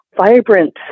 vibrant